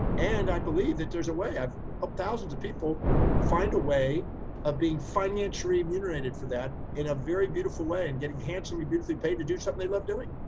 and i believe that there's a way, i've helped thousands of people find a way of being financially remunerated for that in a very beautiful way and getting handsomely and beautifully paid to do something they love doing.